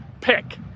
pick